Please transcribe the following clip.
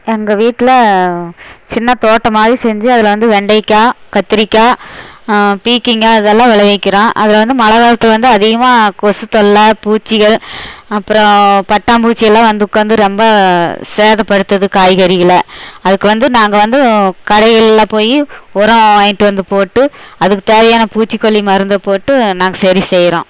எங்கள் வீட்டில் சின்ன தோட்டம் மாதிரி செஞ்சு அதில் வந்து வெண்டைக்காய் கத்திரிக்காய் பீக்கங்காய் இதெல்லாம் விளைவிக்கிறோம் அதில் வந்து மழை காலத்தில் வந்து அதிகமாக கொசு தொல்லை பூச்சிகள் அப்புறம் பட்டாம்பூச்சி எல்லாம் வந்து உட்காந்து ரொம்ப சேதப்படுத்துது காய்கறிகளை அதுக்கு வந்து நாங்கள் வந்து கடைகளில் போயி ஒரம் வாங்கிட்டு வந்து போட்டு அதுக்குத் தேவையான பூச்சிக்கொல்லி மருந்தை போட்டு நாங்கள் சரி செய்கிறோம்